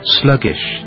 sluggish